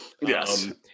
yes